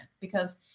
because-